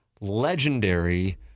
legendary